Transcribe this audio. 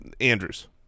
Andrews